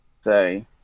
say